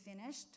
finished